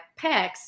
pecs